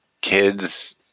kids